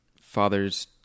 father's